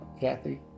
Kathy